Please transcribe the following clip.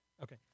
Okay